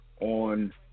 On